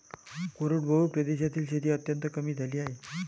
कोरडवाहू प्रदेशातील शेती अत्यंत कमी झाली आहे